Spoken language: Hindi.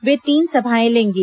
वे तीन सभाए लेंगे